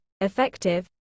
effective